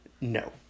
No